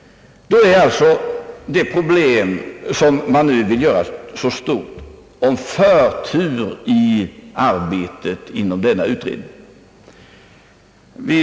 Då har vi alltså det problem, som man nu vill göra så stort — frågan om förtur i arbetet inom denna utredning.